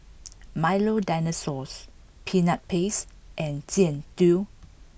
Milo Dinosaurs Peanut Paste and Jian Dui